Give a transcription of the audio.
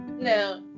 No